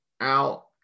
out